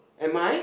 am I